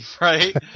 right